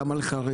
גם על חרדים,